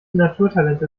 naturtalente